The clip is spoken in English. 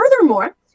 furthermore